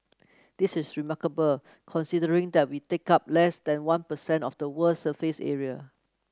this is remarkable considering that we take up less than one per cent of the world's surface area